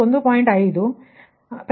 ಇಲ್ಲಿ 0 1